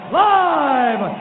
live